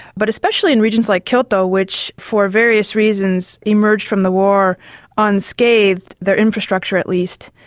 but especially in regions like kyoto which, for various reasons, emerged from the war unscathed, their infrastructure at least,